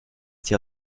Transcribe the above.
sie